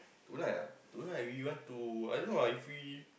tonight ah tonight we want to I don't know ah if we